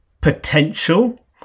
potential